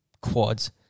quads